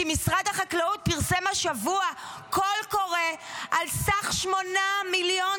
כי משרד החקלאות פרסם השבוע קול קורא על סך 8 מיליון